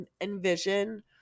envision